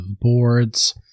boards